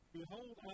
Behold